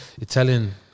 italian